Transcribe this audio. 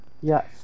Yes